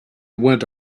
went